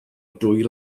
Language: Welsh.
dwy